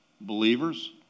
believers